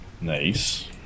Nice